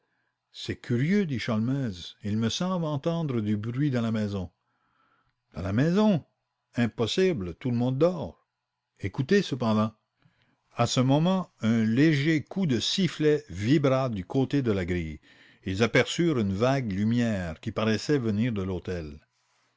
c'est curieux dit sholmès il me semble entendre du bruit dans la maison dans la maison impossible tout le monde dort écoutez cependant à ce moment un léger coup de sifflet vibra du côté de la grille et ils aperçurent une vague lumière qui paraissait venir de l'hôtel